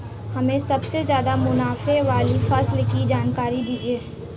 हमें सबसे ज़्यादा मुनाफे वाली फसल की जानकारी दीजिए